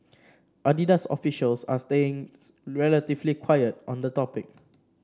Adidas officials are staying relatively quiet on the topic